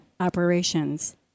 Operations